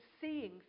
seeing